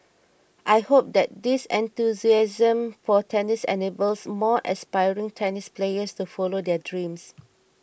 I hope that this enthusiasm for tennis enables more aspiring tennis players to follow their dreams